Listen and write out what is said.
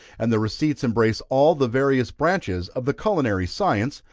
and the receipts embrace all the various branches of the culinary science,